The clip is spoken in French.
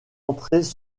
entrées